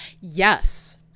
Yes